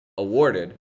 awarded